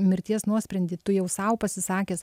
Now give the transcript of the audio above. mirties nuosprendį tu jau sau pasisakęs